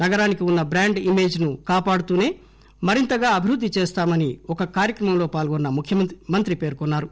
నగరానికి ఉన్న brand image కాపాడుతూనే మరింత అభివృద్ది చేస్తామని ఒక కార్యక్రమంలో పాల్గొన్న మంత్రి పేర్కొన్నారు